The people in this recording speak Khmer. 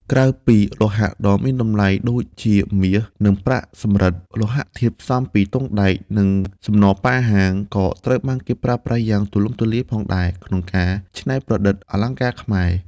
ក្រៅពីលោហៈដ៏មានតម្លៃដូចជាមាស និងប្រាក់ សំរឹទ្ធិ លោហៈធាតុផ្សំពីទង់ដែង និងសំណប៉ាហាំងក៏ត្រូវបានគេប្រើប្រាស់យ៉ាងទូលំទូលាយផងដែរ ក្នុងការច្នៃគ្រឿងអលង្ការខ្មែរ។